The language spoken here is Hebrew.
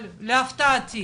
אבל להפתעתי